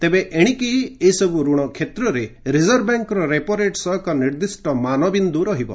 ଏଣୁ ଏଣିକି ଏସବୁ ରଣ କ୍ଷେତ୍ରରେ ରିକର୍ଭବ୍ୟାଙ୍କର ରେପୋରେଟ୍ ସହ ଏକ ନିର୍ଦ୍ଦିଷ୍ଟ ମାନବିନ୍ଦୁ ରହିବ